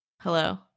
Hello